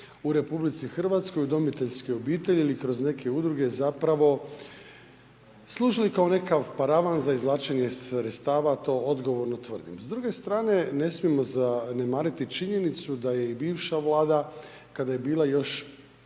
u RH udomiteljske obitelji ili kroz neke udruge zapravo služili kao nekakav paravan za izvlačenje sredstava, a to odgovorno tvrdim. S druge strane ne smijemo zanemariti činjenicu da je i bivša Vlada kada je bila još,